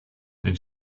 then